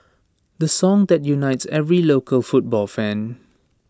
the song that unites every local football fan